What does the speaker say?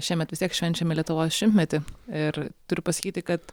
šiemet vis tiek švenčiame lietuvos šimtmetį ir turiu pasakyti kad